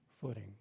footing